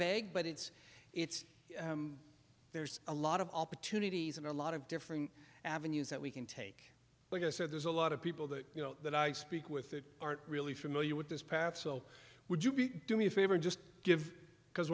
vague but it's it's there's a lot of opportunities and a lot of different avenues that we can take because there's a lot of people that you know that i speak with aren't really familiar with this parent so would you be doing a favor just give because